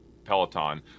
Peloton